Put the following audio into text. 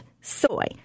soy